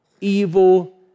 evil